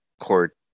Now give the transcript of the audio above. court